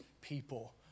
people